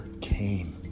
came